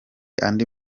andi